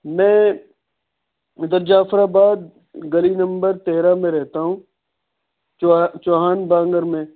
میں ادھر جعفرآباد گلی نمبر تیرہ میں رہتا ہوں چوہا چوہان بانگر میں